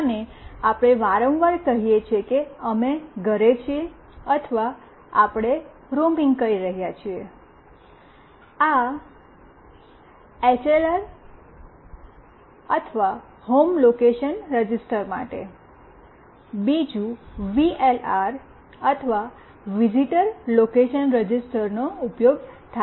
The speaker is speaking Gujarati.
અને આપણે વારંવાર કહીએ છીએ કે અમે ઘરે છીએ અથવા આપણે રોમિંગ કરી રહ્યાં છીએ આ એચએલઆર અથવા હોમ લોકેશન રજીસ્ટર માટે અને બીજું વીએલઆર અથવા વિઝિટર લોકેશન રજિસ્ટરનો ઉપયોગ થાય છે